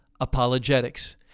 Apologetics